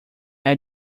add